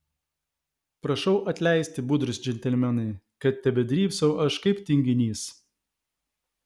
prašau atleisti budrūs džentelmenai kad tebedrybsau aš kaip tinginys